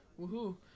woohoo